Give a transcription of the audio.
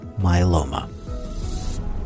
myeloma